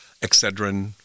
Excedrin